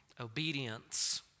obedience